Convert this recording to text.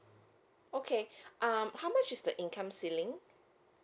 okay um how much is the income ceiling